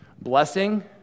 blessing